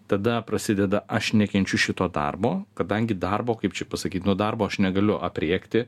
tada prasideda aš nekenčiu šito darbo kadangi darbo kaip čia pasakyt nu darbo aš negaliu aprėkti